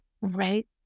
Right